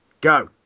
go